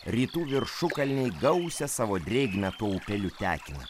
rytų viršukalnėj gausią savo drėgmę tuo upeliu tekina